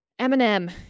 Eminem